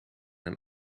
een